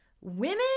Women